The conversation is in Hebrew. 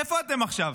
איפה אתם עכשיו?